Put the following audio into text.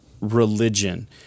religion